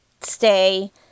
stay